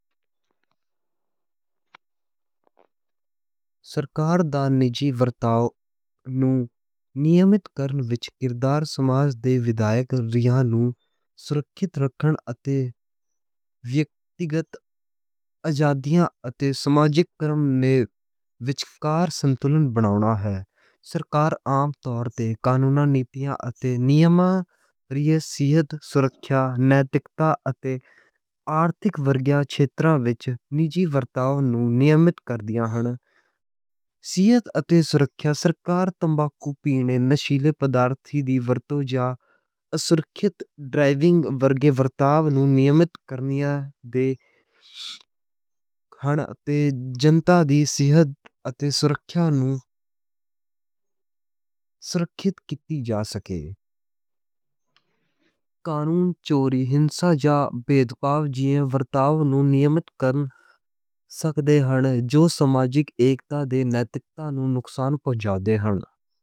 سرکار دا نجی ورتاؤں نوں نیمّت کرنے وِچ کردار سماج دے ویدھائک ریتاں نوں سرکھِیّت رکھݨ۔ اتے ویکتیگت آزادی اتے سماجک کرنے وِچکار سنتُلن بناونا ہے۔ سرکار عام طور تے قانوناں، نیتیاں اتے نیماں راہیں صحت، سرکھِیا، نیتکتا اتے آرتھک ورگیاں شیتران وِچ نجی ورتاؤں نوں نیمّت کر دی ہن۔ صحت اتے سرکھِیا لئی سرکار تمباکو پینے، نشیلی پدارث دی ورتوں جاں سرکھِیت ڈرائیونگ ورگے ورتاؤں نوں نیمّت کرنے دے۔ قانون اتے جنتا دی صحت اتے سرکھِیا نوں سرکھِیّت کِتی جا سکے۔ قانون چوری، ہِنسہ جاں بھیدبھاؤ جیہے ورتاؤں نوں نیمّت کرنے سکدے ہن۔ جو سماجک ایکتا دے نیتکتا نوں نقصان پُہنچا دے ہن۔ اتے سرکھِیّت کِتی ورتاؤں نوں نیمّت کرنے سکدے ہن جو سماجک ایکتا دے نیتکتا نوں نقصان۔